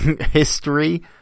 history